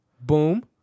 Boom